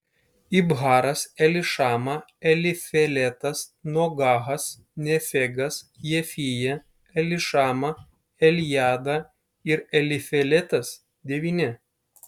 ibharas elišama elifeletas nogahas nefegas jafija elišama eljada ir elifeletas devyni